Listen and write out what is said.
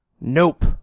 Nope